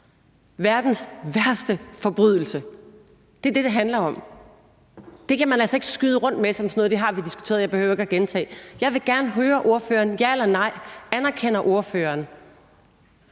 verdens værste forbrydelse. Det er det, det handler om. Det kan man altså ikke flytte rundt med ved at sige, at det er noget, vi har diskuteret, og at man ikke behøver at gentage det. Jeg vil gerne høre ordføreren: Anerkender ordføreren,